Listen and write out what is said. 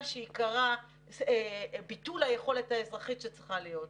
שעיקרה ביטול היכולת האזרחית שצריכה להיות.